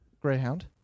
Greyhound